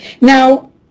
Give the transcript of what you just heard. Now